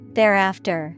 Thereafter